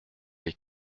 les